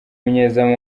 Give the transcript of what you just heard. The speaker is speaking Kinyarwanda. umunyezamu